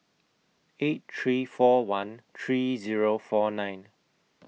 eight three four one three Zero four nine